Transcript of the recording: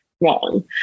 wrong